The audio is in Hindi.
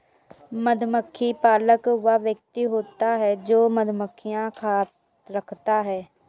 मधुमक्खी पालक वह व्यक्ति होता है जो मधुमक्खियां रखता है